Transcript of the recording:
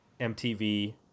MTV